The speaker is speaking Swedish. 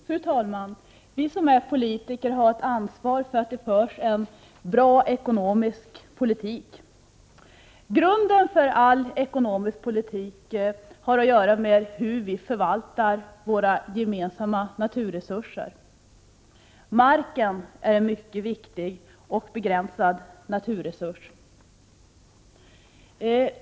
Fru talman! Vi som är politiker har ansvar för att det förs en bra ekonomisk politik. Grunden för all ekonomisk politik har att göra med hur vi förvaltar våra gemensamma naturresurser. Marken är en mycket viktig och begränsad naturresurs.